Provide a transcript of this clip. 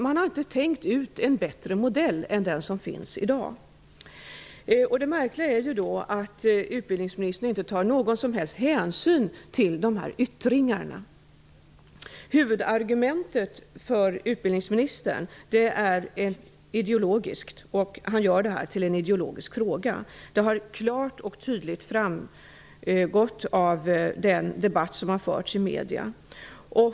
Man har inte tänkt ut en bättre modell än den som finns i dag. Det märkliga är att utbildningsministern inte tar någon som helst hänsyn till dessa yttringar. Utbildningsministerns huvudargument är ideologiskt. Han gör detta till en ideologisk fråga. Det har klart och tydligt framgått av den debatt som har förts i medierna.